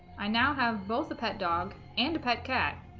i now have both the pet dog and a pet cat